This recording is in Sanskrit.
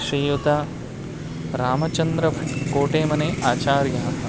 श्रीयुतः रामचन्द्र कोटेमने आचार्याः